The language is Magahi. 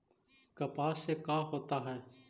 कपास से का होता है?